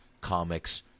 comics